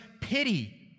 pity